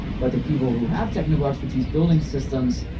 but the people who have technical expertise building systems,